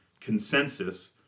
consensus